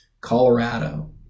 Colorado